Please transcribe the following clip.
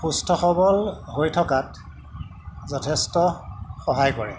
সুস্থ সবল হৈ থকাত যথেষ্ট সহায় কৰে